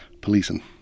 policing